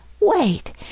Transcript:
Wait